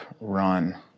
run